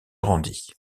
rendit